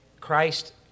Christ